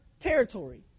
territory